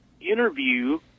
interview